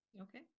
okay